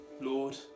Lord